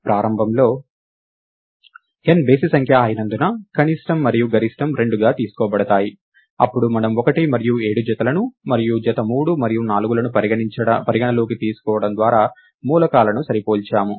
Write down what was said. ప్రారంభంలో n బేసి సంఖ్య అయినందున కనిష్టం మరియు గరిష్టం 2గా తీసుకోబడతాయి అప్పుడు మనము 1 మరియు 7 జతలను మరియు జత 3 మరియు 4లను పరిగణనలోకి తీసుకోవడం ద్వారా మూలకాలను సరిపోల్చాము